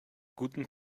guten